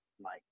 Mike